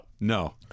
no